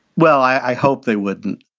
well, i hope they wouldn't.